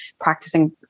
practicing